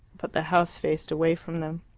but the house faced away from them.